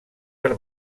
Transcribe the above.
per